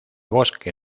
bosque